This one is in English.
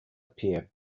appear